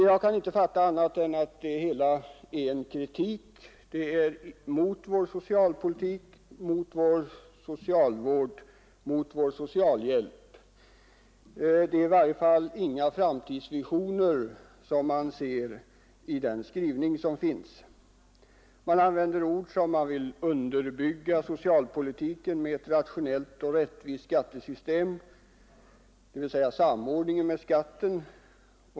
Jag kan inte fatta annat än att det hela är en kritik mot vår socialpolitik, vår socialvård och vår socialhjälp. Jag ser i varje fall inga framtidsvisioner i den skrivning man har. Där används sådana uttryck som att man vill underbygga socialpolitiken med ett rationellt och rättvist skattesystem — det gäller alltså samordningen med skatten.